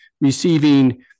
receiving